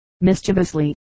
mischievously